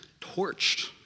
torched